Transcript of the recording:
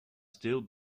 still